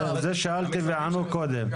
את זה שאלתי וענו קודם.